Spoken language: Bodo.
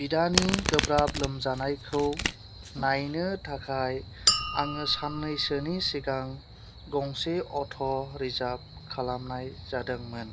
बिदानि गोब्राब लोमजानायखौ नायनो थाखाय आङो साननैसोनि सिगां गंसे अट' रिजाभ खालामनाय जादोंमोन